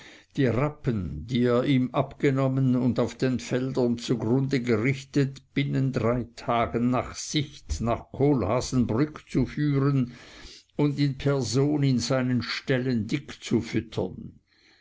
die rappen die er ihm abgenommen und auf den feldern zugrunde gerichtet binnen drei tagen nach sicht nach kohlhaasenbrück zu führen und in person in seinen ställen dick zu füttern